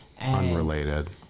Unrelated